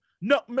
No